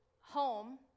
home